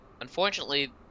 Unfortunately